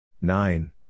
Nine